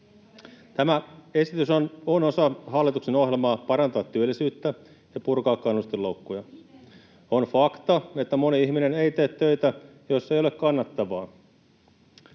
Tämä esitys on osa hallituksen ohjelmaa parantaa työllisyyttä ja purkaa kannustinloukkuja. On fakta, että moni ihminen ei tee töitä, jos se ei ole kannattavaa.